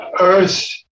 Earth